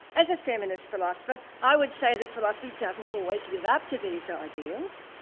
as a feminist philosopher, i would say that philosophy doesn't always live up to these ideas,